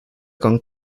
con